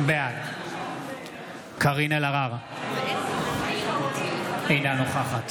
בעד קארין אלהרר, אינה נוכחת